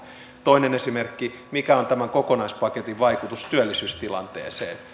toinen esimerkki mikä on tämän kokonaispaketin vaikutus työllisyystilanteeseen